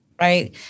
Right